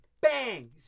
Bang